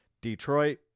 Detroit